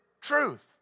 truth